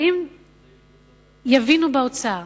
אבל יבינו באוצר